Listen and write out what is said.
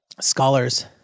scholars